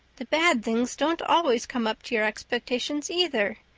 the bad things don't always come up to your expectations either.